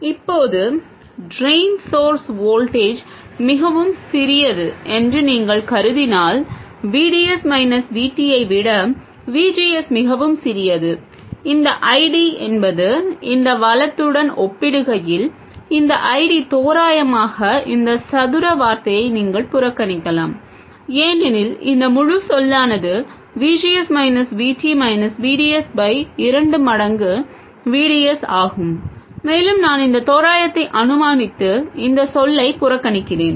இப்போது drain source voltage மிகவும் சிறியது என்று நீங்கள் கருதினால் V D S minus V T ஐ விட V G S மிகவும் சிறியது இந்த I D என்பது இந்த வலத்துடன் ஒப்பிடுகையில் இந்த I D தோராயமாக இந்த சதுர வார்த்தையை நீங்கள் புறக்கணிக்கலாம் ஏனெனில் இந்த முழு சொல்லானது VGS minus VT minus VDS by இரண்டு மடங்கு VDS ஆகும் மேலும் நான் இந்த தோராயத்தை அனுமானித்து இந்த சொல்லைப் புறக்கணிக்கிறேன்